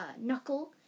knuckle